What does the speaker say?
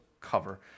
cover